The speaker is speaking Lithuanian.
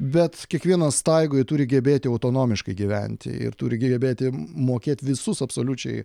bet kiekvienas taigoj turi gebėti autonomiškai gyventi ir turi gebėti mokėt visus absoliučiai